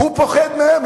הוא פוחד מהם.